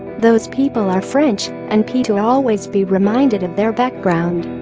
those people are french and p to always be reminded of their background